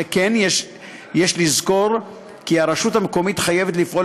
שכן יש לזכור כי הרשות המקומית חייבת לפעול